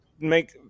make